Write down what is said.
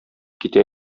китә